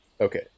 Okay